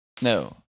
no